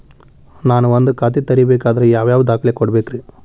ನಾನ ಒಂದ್ ಖಾತೆ ತೆರಿಬೇಕಾದ್ರೆ ಯಾವ್ಯಾವ ದಾಖಲೆ ಕೊಡ್ಬೇಕ್ರಿ?